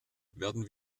werden